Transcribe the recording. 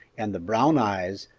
and the brown eyes,